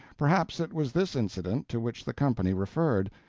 perhaps it was this incident to which the company referred,